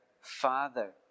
father